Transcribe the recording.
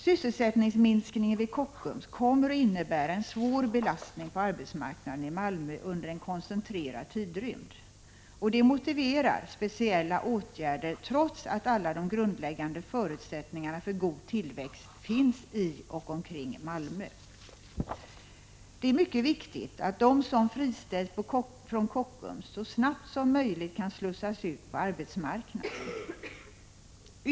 Sysselsättningsminskningen vid Kockums kommer att innebära en svår belastning på arbetsmarknaden i Malmö under en koncentrerad tidrymd, och det motiverar speciella åtgärder, trots att alla de grundläggande förutsättningarna för god tillväxt finns i och omkring Malmö. Det är mycket viktigt att de som friställs från Kockums så snart som möjligt kan slussas ut på arbetsmarknaden.